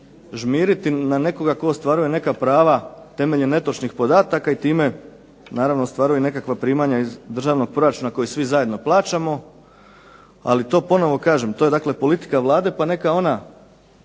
žmiriti na nekoga tko ostvaruje neka prava temeljem netočnih podataka i time naravno ostvaruje nekakva primanja iz državnog proračuna koji svi zajedno plaćamo. Ali to ponovo kažem. To je, dakle politika Vlade, pa neka ona